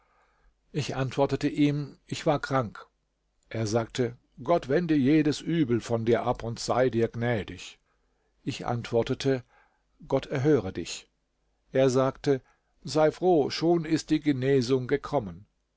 ich antwortete ihm ich war krank er sagte gott wende jedes übel von dir ab und sei dir gnädig ich antwortete gott erhöre dich er sagte sei froh schon ist die genesung gekommen